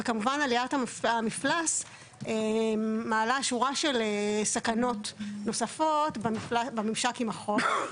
וכמובן עליית המפלס מעלה שורה של סכנות נוספות בממשק עם החוף.